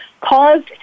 caused